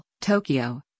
Tokyo